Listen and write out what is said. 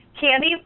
Candy